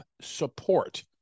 support